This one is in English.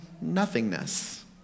nothingness